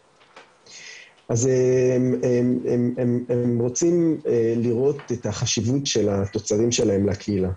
הם רוצים לראות את החשיבות של התוצרים שלהם לקהילה.